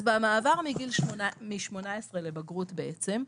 במעבר מגיל 18 לבגרות בעצם,